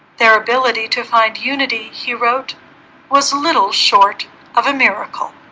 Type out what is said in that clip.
their ability to find unity he wrote was little short of a miracle